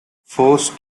forced